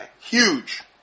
Huge